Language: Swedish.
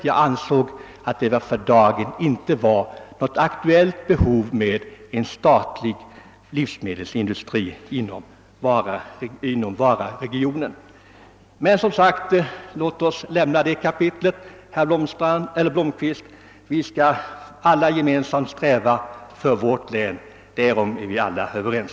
Enligt min mening fanns det för dagen inte något behov av en statlig livsmedelsindustri inom Vararegionen. Men låt oss lämna det kapitlet, herr Blomkvist. Vi skall gemensamt arbeta för vårt län — därom är vi överens.